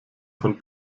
von